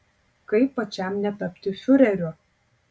kaip pačiam netapti fiureriu